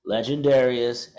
Legendarius